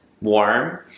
warm